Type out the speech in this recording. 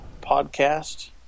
podcast